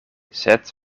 sed